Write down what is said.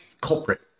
culprit